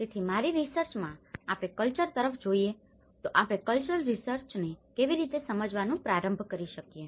તેથી મારી રીસર્ચમાંઆપણે કલ્ચર તરફ જોઈએ તો આપણે કલ્ચરલ રીસર્ચને કેવી રીતે સમજવાનું પ્રારંભ કરી શકીએ